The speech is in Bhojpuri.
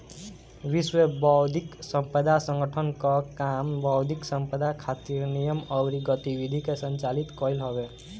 विश्व बौद्धिक संपदा संगठन कअ काम बौद्धिक संपदा खातिर नियम अउरी गतिविधि के संचालित कईल हवे